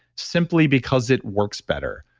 simply because it works better.